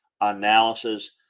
analysis